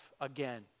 again